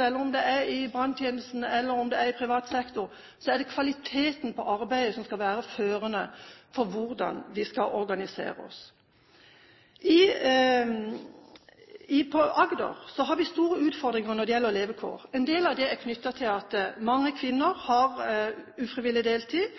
eller det er i branntjenesten eller det er i privat sektor, er at det er kvaliteten på arbeidet som skal være førende for hvordan vi skal organisere oss. I Agder har vi store utfordringer når det gjelder levekår. En del av det er knyttet til at mange kvinner har ufrivillig deltid.